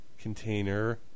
container